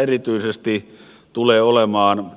erityisesti meille tulee olemaan